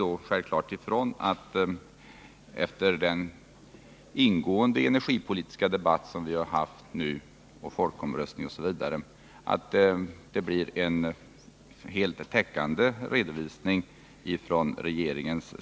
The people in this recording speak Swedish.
Då utgår vi ifrån att det efter den ingående energipolitiska debatt som nu förs, efter folkomröstningen osv. blir en helt täckande redovisning som lämnas från regeringen.